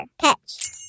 catch